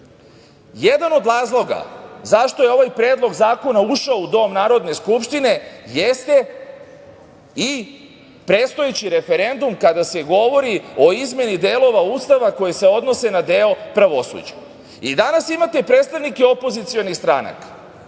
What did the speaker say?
od razloga zašto je ovaj Predlog zakona ušao u Dom Narodne skupštine jeste i predstojeći referendum kada se govori o izmeni delova Ustava koji se odnose na deo pravosuđa. Danas imate predstavnike opozicionih stranaka,